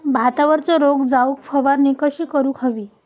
भातावरचो रोग जाऊक फवारणी कशी करूक हवी?